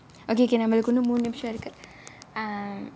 okay K நம்மளுக்கு இன்னும் மூணு நிமிஷம் இருக்கு:nammalukku innum moonu nimisham irukku uh